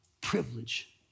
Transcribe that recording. privilege